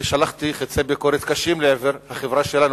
שלחתי חצי ביקורת קשים לעבר החברה שלנו,